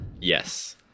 Yes